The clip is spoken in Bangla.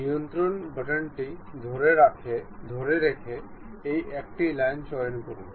নিয়ন্ত্রণ বাটনটি ধরে রেখে এই একটি লাইন চয়ন করুন